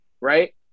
right